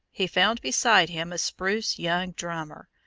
he found beside him a spruce young drummer,